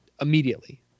immediately